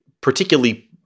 particularly